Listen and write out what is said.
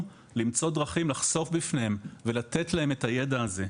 למצוא דרכים לחשוף בפניהם ולתת להם את הידע הזה.